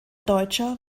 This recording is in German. deutscher